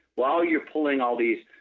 while you are pulling all these